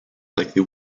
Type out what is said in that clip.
likely